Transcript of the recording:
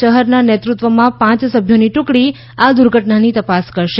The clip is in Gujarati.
ચહરના નેતૃત્વમાં પાંચ સભ્યોની ટુકડી આ દુર્ઘટનાની તપાસ કરશે